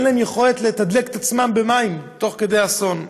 אין להם יכולת לתדלק את עצמם במים תוך כדי אסון.